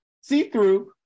see-through